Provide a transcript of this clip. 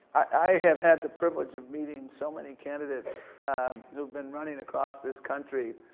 i have had the privilege of meeting so many candidates who've been running across this country.